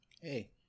Hey